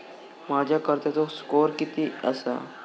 माझ्या कर्जाचो स्कोअर किती आसा?